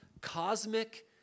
cosmic